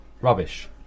Rubbish